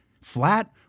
flat